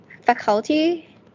faculty